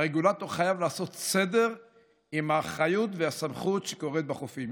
הרגולטור חייב לעשות סדר עם האחריות והסמכות בחופים.